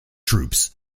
troops